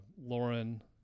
Lauren